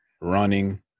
running